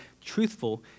truthful